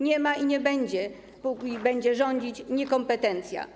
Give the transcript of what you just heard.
Nie ma i nie będzie, póki będzie rządzić niekompetencja.